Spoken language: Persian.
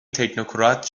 تکنوکرات